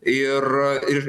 ir ir